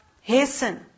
Hasten